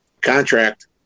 contract